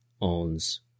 owns